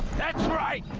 that's right!